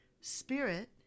Spirit